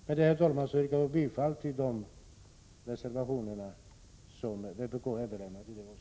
Med detta, herr talman, yrkar jag bifall till de reservationer som vpk har avlämnat.